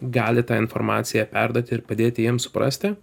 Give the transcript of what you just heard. gali tą informaciją perduoti ir padėti jiem suprasti